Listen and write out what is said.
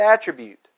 attribute